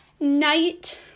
night